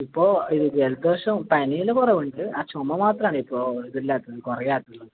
ഇപ്പോൾ ഇത് ജലദോഷവും പനിയിൽ കുറവുണ്ട് ആ ചുമ മാത്രമാണ് ഇപ്പോൽ ഇതില്ലാത്തത് കുറയാത്തത്